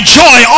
joy